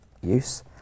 use